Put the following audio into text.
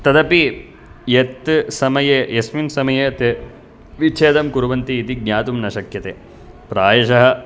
तदपि यत् समये यस्मिन् समये तत् विच्छेदं कुर्वन्ति इति ज्ञातुं न शक्यते प्रायशः